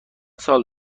سال